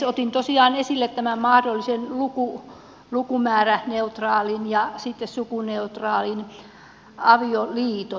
otin tosiaan esille tämän mahdollisen lukumääräneutraalin ja sitten sukuneutraalin avioliiton